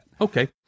Okay